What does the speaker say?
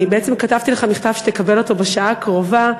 אני בעצם כתבתי לך מכתב, תקבל אותו בשעה הקרובה,